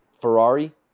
Ferrari